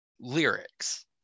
Lyrics